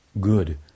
good